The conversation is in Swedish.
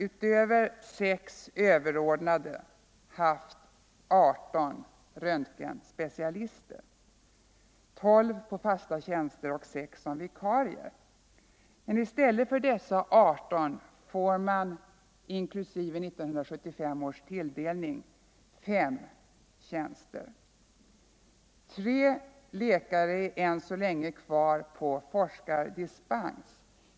Utöver 6 överordnade har man haft 18 röntgenspecialister, 12 på fasta tjänster och 6 såsom vikarier. I stället för dessa 18 får man nu, inklusive 1975 års tilldelning, 5 tjänster. 3 läkare stannar än så länge kvar på forskardispens.